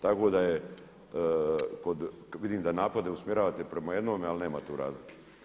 Tako da je kod, kad vidim da napade usmjeravate prema jednome, ali nema tu razlike.